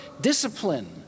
discipline